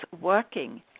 working